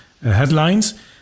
headlines